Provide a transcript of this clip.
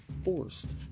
forced